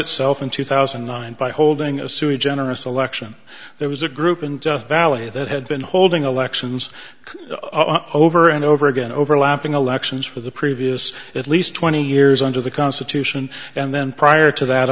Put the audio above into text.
itself in two thousand and nine by holding a sui generous election there was a group and valley that had been holding elections over and over again overlapping elections for the previous at least twenty years under the constitution and then prior to that